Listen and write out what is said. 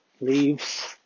Leaves